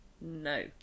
No